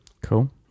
Cool